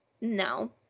no